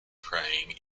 praying